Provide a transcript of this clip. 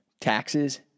Taxes